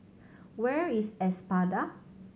where is Espada